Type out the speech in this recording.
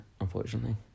unfortunately